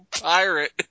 pirate